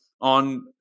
on